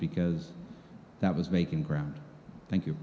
because that was making ground thank you